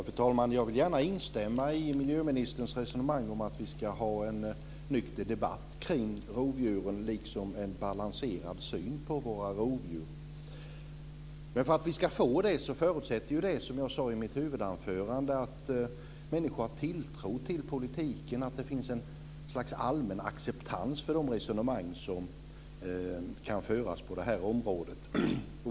Fru talman! Jag vill gärna instämma i miljöministerns resonemang om att vi ska ha en nykter debatt om rovdjuren liksom en balanserad syn på våra rovdjur. För att vi ska få det förutsätter det, som jag sade i mitt huvudanförande, att människor har tilltro till politiken, att det finns ett slags allmän acceptans för de resonemang som kan föras på det här området.